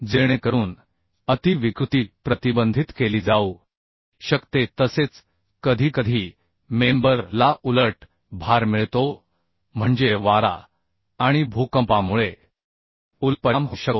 जेणेकरून अति विकृती प्रतिबंधित केली जाऊ शकते तसेच कधीकधी मेंबर ला उलट भार मिळतो म्हणजे वारा आणि भूकंपामुळे उलट परिणाम होऊ शकतो